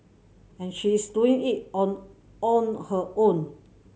and she is doing it on on her own